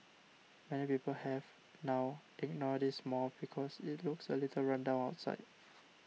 many people have now ignored this mall because it looks a little run down outside